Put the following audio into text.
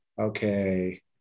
Okay